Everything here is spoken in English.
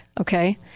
Okay